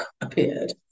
appeared